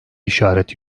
işaret